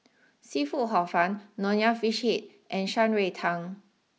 Seafood Hor fun Nonya Fish Head and Shan Rui Tang